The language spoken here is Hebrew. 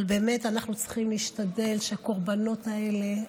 אבל אנחנו באמת צריכים להשתדל שהקורבנות האלה,